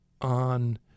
on